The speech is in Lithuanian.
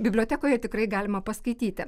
bibliotekoje tikrai galima paskaityti